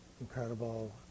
incredible